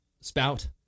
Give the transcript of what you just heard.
spout